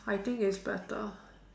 I think it's better